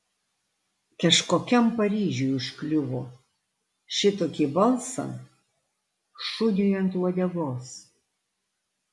kažkokiam paryžiui užkliuvo šitokį balsą šuniui ant uodegos